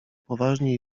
poważnie